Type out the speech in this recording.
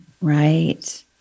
right